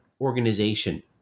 organization